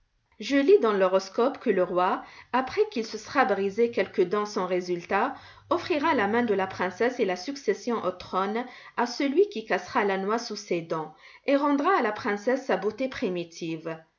je lis dans l'horoscope que le roi après qu'il se sera brisé quelques dents sans résultat offrira la main de la princesse et la succession au trône à celui qui cassera la noix sous ses dents et rendra à la princesse sa beauté primitive